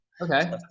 okay